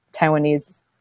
Taiwanese